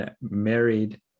married